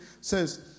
says